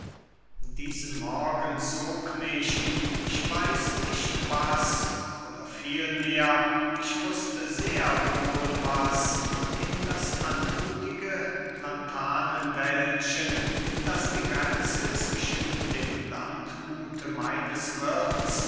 diesen morgen zog mich ich weiß nicht was oder vielmehr ich wußte sehr wohl was in das anmuthige platanenwäldchen das die grenze zwischen dem landgute meines wirths